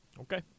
Okay